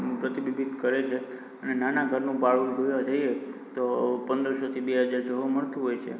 પ્રતિનિધિત્ત્વ કરે છે અને નાનાં ઘરનું ભાડું જોવા જઈએ તો પંદર સોથી બે હજાર જોવા મળતું હોય છે